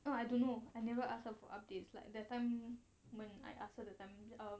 oh I don't know I never ask her for updates like that time when I ask her the time uh